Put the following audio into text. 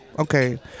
Okay